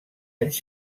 anys